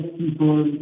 people